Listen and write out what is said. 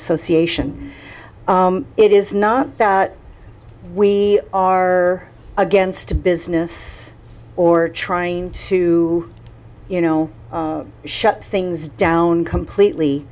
association it is not that we are against business or trying to you know shut things down completely